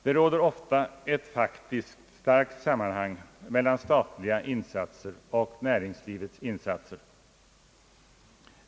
Det råder inte sällan ett faktiskt, starkt sammanhang mellan statliga insatser och näringslivets insatser.